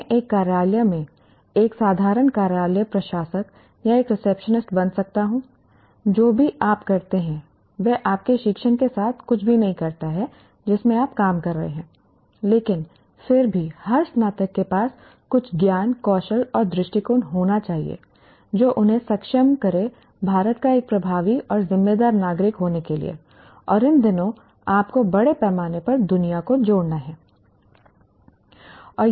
मैं एक कार्यालय में एक साधारण कार्यालय प्रशासक या एक रिसेप्शनिस्ट बन सकता हूं जो भी आप करते हैं वह आपके शिक्षण के साथ कुछ भी नहीं करता है जिसमें आप काम कर रहे हैं लेकिन फिर भी हर स्नातक के पास कुछ ज्ञान कौशल और दृष्टिकोण होने चाहिए जो उन्हें सक्षम करें भारत का एक प्रभावी और जिम्मेदार नागरिक होने के लिए और इन दिनों आपको बड़े पैमाने पर दुनिया को जोड़ना है